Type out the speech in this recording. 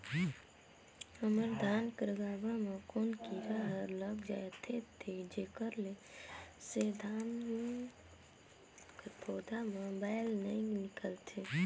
हमर धान कर गाभा म कौन कीरा हर लग जाथे जेकर से धान कर पौधा म बाएल नइ निकलथे?